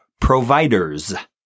providers